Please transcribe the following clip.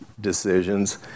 decisions